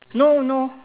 no no